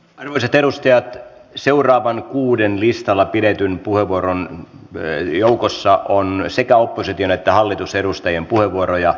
arvoisat edustajat seuraavien kuuden listalta pidetyn puheenvuoron joukossa on sekä opposition että hallituksen edustajien puheenvuoroja